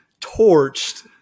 torched